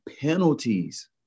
penalties